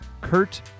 Kurt